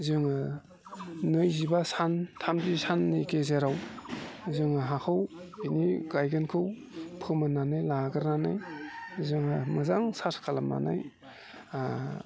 जोङो नैजिबा सान थामजि साननि गेजेराव जोङो हाखौ जोंनि गायगोनखौ फोमोननानै लाग्रोनानै जोङो मोजां सार्स खालामनानै